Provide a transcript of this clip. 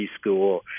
school